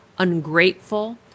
ungrateful